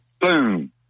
boom